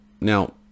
Now